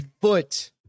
foot